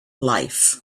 life